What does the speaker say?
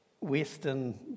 Western